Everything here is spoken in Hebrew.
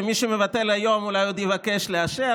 ומי שמבטל היום אולי עוד יבקש לאשר,